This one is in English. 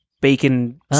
Bacon